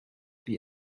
wie